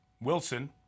Wilson